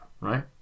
right